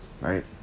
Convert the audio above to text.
right